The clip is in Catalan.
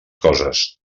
coses